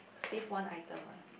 save one item ah